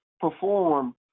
perform